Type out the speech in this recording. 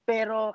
Pero